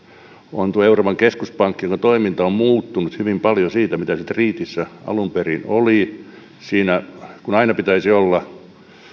on tuo euroopan keskuspankki jonka toiminta on muuttunut hyvin paljon siitä mitä se treatyssä siitä alun perin oli kun aina pitäisi olla kun